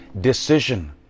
decision